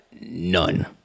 none